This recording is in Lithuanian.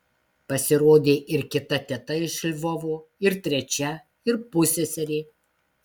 pasirodė ir kita teta iš lvovo ir trečia ir pusseserė